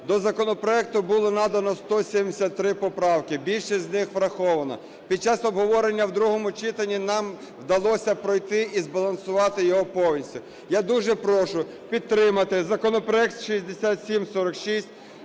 До законопроекту було надано 173 поправки, більшість з них врахована. Під час обговорення в другому читанні нам вдалося пройти і збалансувати його повністю. Я дуже прошу підтримати законопроект 6746